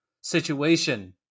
situation